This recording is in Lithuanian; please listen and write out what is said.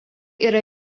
yra